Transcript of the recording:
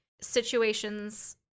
situations